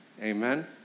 Amen